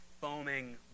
foaming